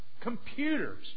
computers